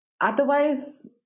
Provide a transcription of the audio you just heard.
Otherwise